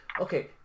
okay